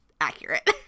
accurate